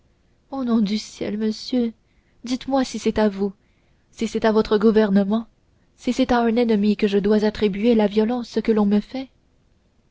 au nom du ciel monsieur dites-moi si c'est à vous si c'est à votre gouvernement si c'est à un ennemi que je dois attribuer la violence que l'on me fait